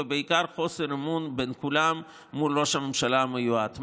ובעיקר חוסר אמון בין כולם מול ראש הממשלה המיועד.